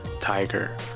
tiger